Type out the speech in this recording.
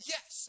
Yes